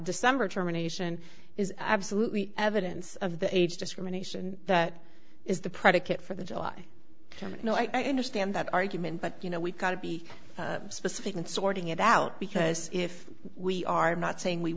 december termination is absolutely evidence of the age discrimination that is the predicate for the july summit no i understand that argument but you know we've got to be specific in sorting it out because if we are not saying we